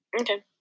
Okay